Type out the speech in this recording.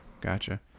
Gotcha